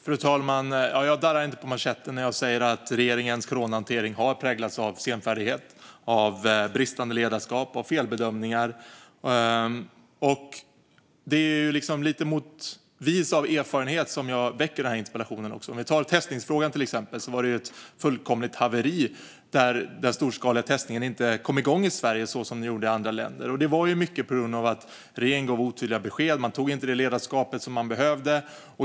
Fru talman! Jag darrar inte på manschetten när jag säger att regeringens coronahantering har präglats av senfärdighet, bristande ledarskap och felbedömningar. Det är lite vis av erfarenheten som jag väcker interpellationen. Om vi tar testningsfrågan till exempel var det fullkomligt haveri, och storskalig testning kom inte igång i Sverige som det gjorde i andra länder. Detta var mycket på grund av att regeringen gav otydliga besked och inte tog det ledarskap man behövde.